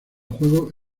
juego